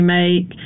make